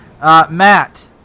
Matt